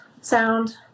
Sound